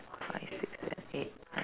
five six seven eight nine